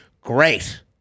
Great